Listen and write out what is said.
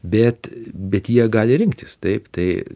bet bet jie gali rinktis taip tai